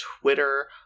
Twitter